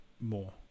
more